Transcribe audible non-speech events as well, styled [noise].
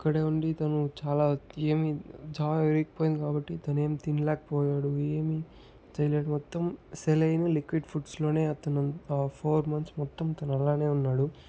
అక్కడే ఉండి తను ఏమీ జా విరిగిపోయింది కాబట్టి తను ఏం తినలేకపోయాడు ఏమీ [unintelligible] మొత్తం సెలైను లిక్విడ్ ఫుడ్స్ లోనే అతను ఫోర్ మంత్స్ మొత్తం తను అలానే ఉన్నాడు